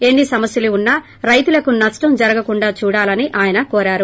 ఎన్ని సమస్యలు ఉన్నా రైతులకు నష్టం జరగకుండా చూడాలని ఆయన కోరారు